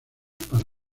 para